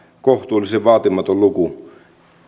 kohtuullisen vaatimaton luku